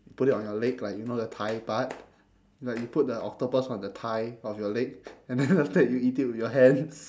put it on your leg like you know the thigh part like you put the octopus on the thigh of your leg and then after that you eat it with your hands